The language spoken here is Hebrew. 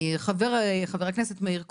חבר הכנסת מאיר כהן,